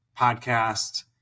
podcast